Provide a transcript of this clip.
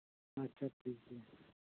ᱟᱪᱪᱷᱟ ᱴᱷᱤᱠᱜᱮᱭᱟ